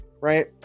right